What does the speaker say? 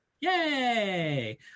Yay